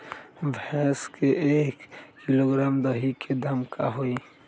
भैस के एक किलोग्राम दही के दाम का होई?